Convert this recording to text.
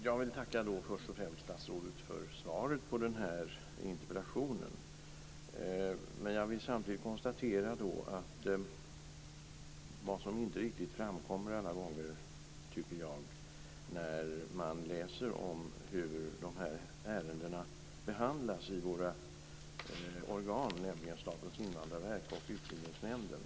Fru talman! Jag vill först och främst tacka statsrådet för svaret på denna interpellation. Jag vill samtidigt konstatera något som inte alla gånger framkommer när man läser om hur dessa ärenden behandlas i våra organ, nämligen Statens invandrarverk och Utlänningsnämnden.